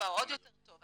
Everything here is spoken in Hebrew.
עוד יותר טוב.